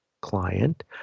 client